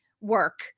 work